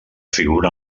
figura